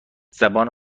زبان